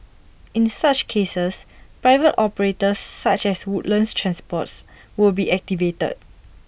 in such cases private operators such as Woodlands transport will be activated